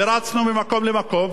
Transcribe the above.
ורצנו ממקום למקום.